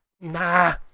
Nah